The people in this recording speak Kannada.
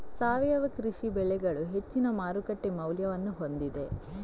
ಸಾವಯವ ಕೃಷಿ ಬೆಳೆಗಳು ಹೆಚ್ಚಿನ ಮಾರುಕಟ್ಟೆ ಮೌಲ್ಯವನ್ನು ಹೊಂದಿದೆ